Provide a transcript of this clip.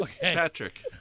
Patrick